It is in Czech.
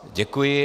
Děkuji.